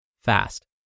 fast